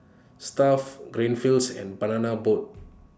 Stuff'd Greenfields and Banana Boat